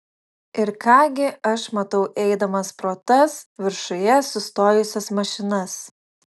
ir ką gi aš matau eidamas pro tas viršuje sustojusias mašinas